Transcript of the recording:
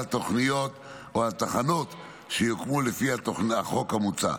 תוכניות או על תחנות שיוקמו לפי החוק המוצע.